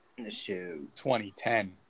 2010